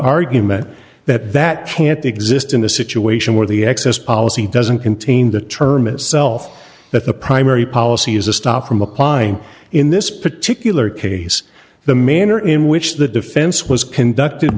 argument that that can't exist in a situation where the excess policy doesn't contain the term itself that the primary policy is a stop from applying in this particular case the manner in which the defense was conducted